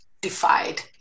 defied